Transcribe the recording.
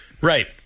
Right